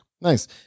Nice